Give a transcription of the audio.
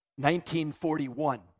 1941